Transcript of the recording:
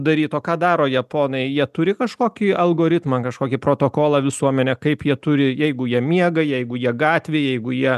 daryt o ką daro japonai jie turi kažkokį algoritmą kažkokį protokolą visuomenė kaip jie turi jeigu jie miega jeigu jie gatvėj jeigu jie